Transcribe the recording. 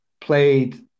played